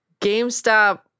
GameStop